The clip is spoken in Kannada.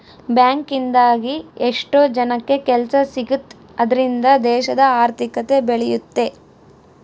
ಬ್ಯಾಂಕ್ ಇಂದಾಗಿ ಎಷ್ಟೋ ಜನಕ್ಕೆ ಕೆಲ್ಸ ಸಿಗುತ್ತ್ ಅದ್ರಿಂದ ದೇಶದ ಆರ್ಥಿಕತೆ ಬೆಳಿಯುತ್ತೆ